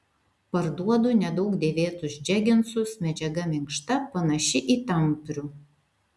parduodu nedaug dėvėtus džeginsus medžiaga minkšta panaši į tamprių